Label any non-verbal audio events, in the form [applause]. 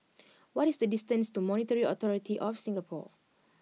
[noise] what is the distance to Monetary Authority of Singapore